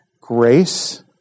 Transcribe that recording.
grace